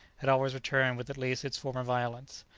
had always returned with at least its former violence.